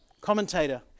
commentator